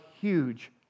huge